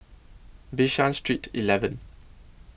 Bishan Street eleven